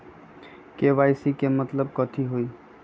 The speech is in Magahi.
के.वाई.सी के मतलब कथी होई?